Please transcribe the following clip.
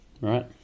Right